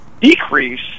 decrease